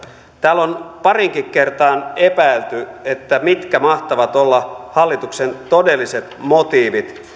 täällä on pariinkin kertaan epäilty mitkä mahtavat olla hallituksen todelliset motiivit